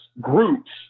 groups